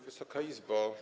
Wysoka Izbo!